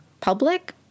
public